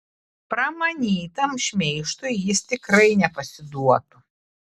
pramanytam šmeižtui jis tikrai nepasiduotų